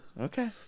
Okay